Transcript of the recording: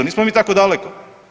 Nismo mi tako daleko.